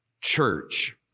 church